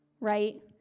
right